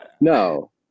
No